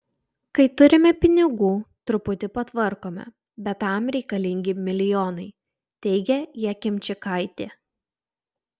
kai turime pinigų truputį patvarkome bet tam reikalingi milijonai teigia jakimčikaitė